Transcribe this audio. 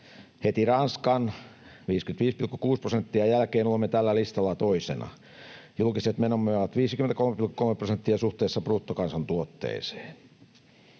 Heti Ranskan 55,6 prosentin jälkeen olemme tällä listalla toisena. Julkiset menomme ovat 53, 3 prosenttia suhteessa bruttokansantuotteeseen.